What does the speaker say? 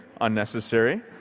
unnecessary